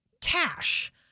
cash